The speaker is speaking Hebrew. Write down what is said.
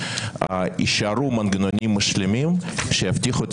יישארו מנגנונים משלימים שיבטיחו את